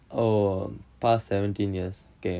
oh past seventeen years okay